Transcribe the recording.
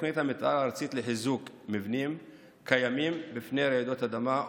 תוכנית המתאר הארצית לחיזוק מבנים קיימים מפני רעידות אדמה,